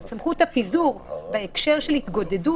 סמכות הפיזור בהקשר של התגודדות,